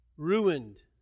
Ruined